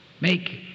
make